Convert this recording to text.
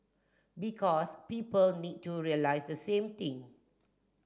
because people need to realise the same thing